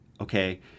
okay